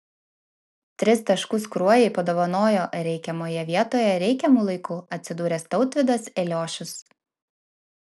tris taškus kruojai padovanojo reikiamoje vietoje reikiamu laiku atsidūręs tautvydas eliošius